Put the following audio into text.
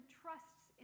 trusts